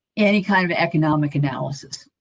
any kind of economic analysis.